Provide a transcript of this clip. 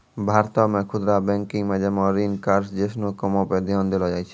भारतो मे खुदरा बैंकिंग मे जमा ऋण कार्ड्स जैसनो कामो पे ध्यान देलो जाय छै